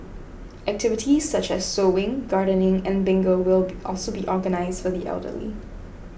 activities such as sewing gardening and bingo will be also be organised for the elderly